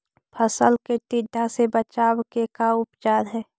फ़सल के टिड्डा से बचाव के का उपचार है?